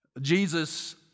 Jesus